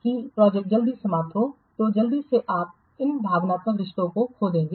तो जल्दी से आप इन भावनात्मक रिश्तों को खो देंगे